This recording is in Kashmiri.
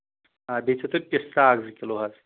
آ بیٚیہِ چھُو تۄہہِ پِستہٕ اکھ زٕ کِلوٗ حظ